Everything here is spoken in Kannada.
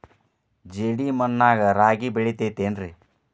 ಜೇಡಿ ಮಣ್ಣಾಗ ರಾಗಿ ಬೆಳಿತೈತೇನ್ರಿ?